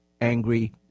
angry